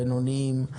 בינוניים,